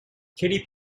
katy